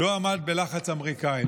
לא עמד בלחץ האמריקאי.